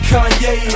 Kanye